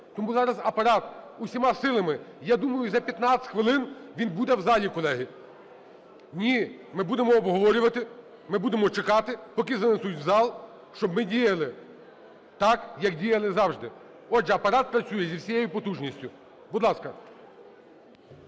Тому зараз Апарат усіма силами, я думаю, за 15 хвилин він буде в залі, колеги. Ні, ми будемо обговорювати, ми будемо чекати, поки занесуть в зал, щоб ми діяли так, як діяли завжди. Отже, Апарат працює зі всією потужністю. Будь ласка.